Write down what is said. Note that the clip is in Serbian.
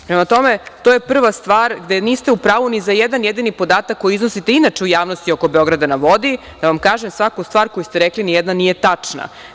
Prema tome, to je prva stvar gde niste u pravu ni za jedan jedini podatak koji iznosite inače u javnosti oko „Beograda na vodi“, da vam kažem svaku stvar koju ste rekli nijedna nije tačna.